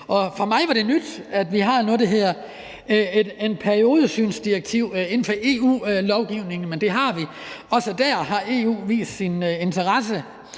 For mig er det nyt, at vi har noget, der hedder et periodesynsdirektiv inden for EU-lovgivningen, men det har vi. Også der har EU vist sin interesse.